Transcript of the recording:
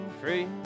free